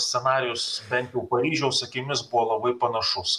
scenarijus bent jau paryžiaus akimis buvo labai panašus